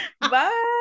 Bye